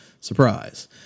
Surprise